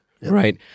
right